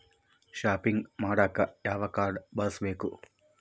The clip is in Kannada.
ಷಾಪಿಂಗ್ ಮಾಡಾಕ ಯಾವ ಕಾಡ್೯ ಬಳಸಬೇಕು?